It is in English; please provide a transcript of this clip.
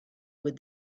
with